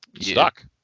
stuck